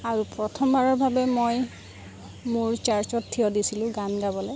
আৰু প্ৰথমবাৰৰ বাবে মই মোৰ যাৰ ওচৰত ঠিয় দিছিলোঁ গান গাবলৈ